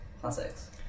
classics